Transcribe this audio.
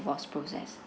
divorce process